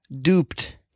duped